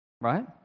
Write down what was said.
Right